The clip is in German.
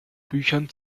büchern